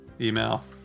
email